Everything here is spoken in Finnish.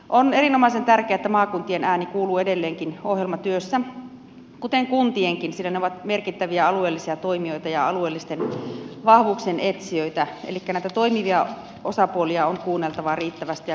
on erinomaisen tärkeää että maakuntien ääni kuuluu edelleenkin ohjelmatyössä kuten kuntienkin sillä ne ovat merkittäviä alueellisia toimijoita ja alueellisten vahvuuksien etsijöitä elikkä näitä toimivia osapuolia on kuunneltava riittävästi ja kattavasti